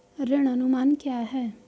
ऋण अनुमान क्या है?